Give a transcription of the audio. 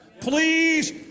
Please